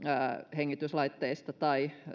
hengityslaitteista